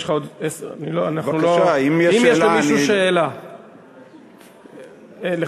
אם יש למישהו שאלה, בבקשה.